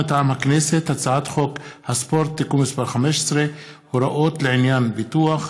מטעם הכנסת: הצעת חוק הספורט (תיקון מס' 15) (הוראות לעניין ביטוח),